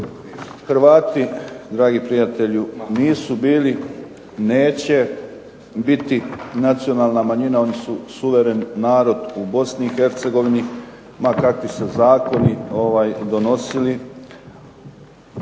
Hrvati, dragi prijatelju, nisu bili, neće biti nacionalna manjina, oni su suveren narod u Bosni i Hercegovini ma kakvi se zakoni donosili.